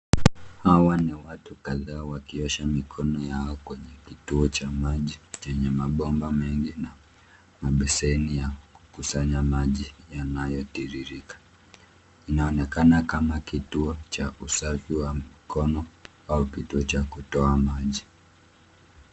Hawa ni watu kadhaa wakiosha mikono yao kwenye kituo cha maji chenye mabomba mengi na beseni ya kukusanya maji yanayotiririka. Inaonekana kama kituo cha usafi wa mkono au kituo cha kutoa maji.